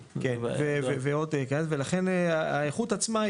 ועוד כאלה והאיכות עצמה,